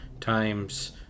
times